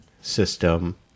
system